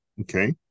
Okay